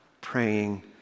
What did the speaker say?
praying